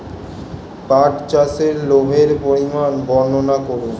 পাঠ চাষের লাভের পরিমান বর্ননা করুন?